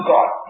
God